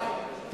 הפסקה.